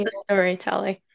storytelling